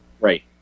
right